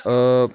अ